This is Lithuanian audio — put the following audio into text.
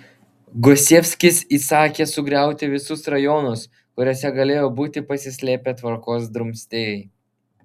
gosievskis įsakė sugriauti visus rajonus kuriuose galėjo būti pasislėpę tvarkos drumstėjai